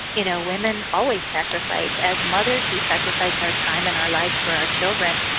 you know women always sacrifice. as mothers, we sacrifice our time and our lives for our children,